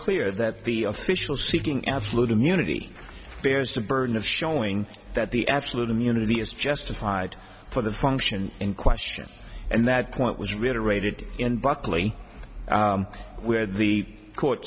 clear that the official seeking absolute immunity bears the burden of showing that the absolute immunity is justified for the function in question and that point was reiterated in buckley where the court